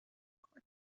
میکنه